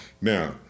Now